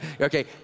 okay